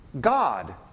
God